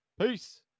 Peace